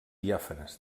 diàfanes